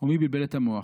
ומי בלבל את המוח.